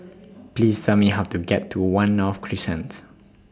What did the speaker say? Please Tell Me How to get to one North Crescent